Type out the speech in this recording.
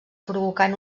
provocant